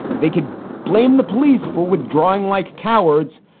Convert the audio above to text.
they could blame the police for withdrawing like cowards.